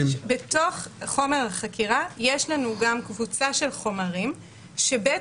בתוך חומר החקירה יש לנו גם קבוצה של חומרים שבית